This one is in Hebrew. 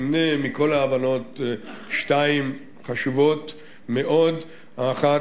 אמנה מכל ההבנות שתיים חשובות מאוד: האחת,